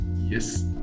Yes